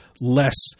less